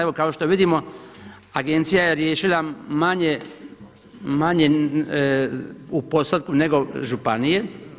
Evo kao što vidimo Agencija je riješila manje u postotku nego županije.